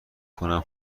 کنم